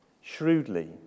Shrewdly